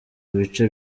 bice